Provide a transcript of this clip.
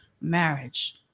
marriage